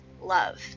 love